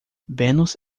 vênus